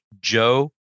Joe